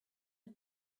had